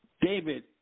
David